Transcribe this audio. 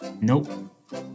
Nope